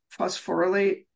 phosphorylate